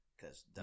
Cause